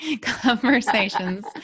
conversations